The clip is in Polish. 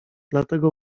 dlatego